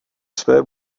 své